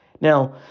Now